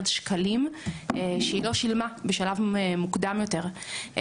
שקלים שהיא לא שילמה בשלב מוקדם יותר.